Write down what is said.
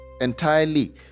entirely